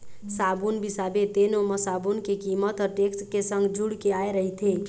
साबून बिसाबे तेनो म साबून के कीमत ह टेक्स के संग जुड़ के आय रहिथे